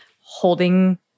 holding